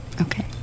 okay